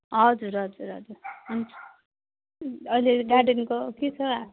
हजुर हजुर हजुर हुन्छ अहिले गार्डनको के छ